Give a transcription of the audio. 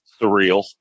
surreal